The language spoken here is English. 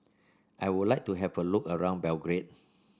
I would like to have a look around Belgrade